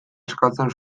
eskatzen